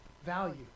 value